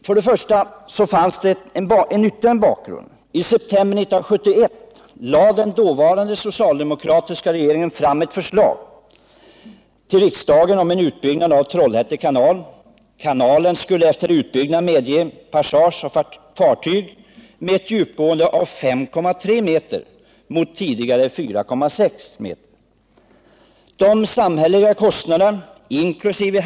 För det andra: Det finns ytterligare en bakgrund. I september 1971 lade den dåvarande socialdemokratiska regeringen fram ett förslag till riksdagen om en utbyggnad av Trollhätte kanal. Kanalen skulle efter utbyggnad medge passage av fartyg med ett djupgående av 5,3 m mot tidigare 4,6 m. De samhälleliga kostnaderna, inkl.